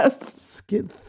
Skin